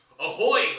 Ahoy